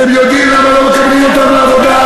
אתם יודעים למה לא מקבלים אותם לעבודה?